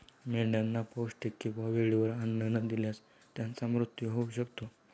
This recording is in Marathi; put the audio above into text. मेंढ्यांना पौष्टिक किंवा वेळेवर अन्न न दिल्यास त्यांचा मृत्यू होऊ शकतो